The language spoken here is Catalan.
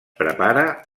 prepara